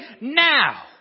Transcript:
now